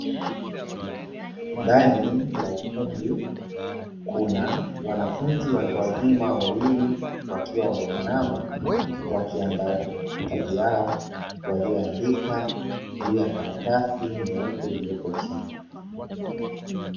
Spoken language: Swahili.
Ndani ya ukumbi kuna wanafunzi watu wazima wawili wakiwa wameinama, wakiandaa kazi yao waliyoandika juu ya karatasi nyeupe iliyopo chini.